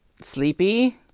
sleepy